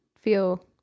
feel